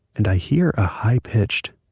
and i hear a high-pitched,